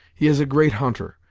he is a great hunter,